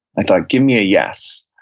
i thought, give me a yes.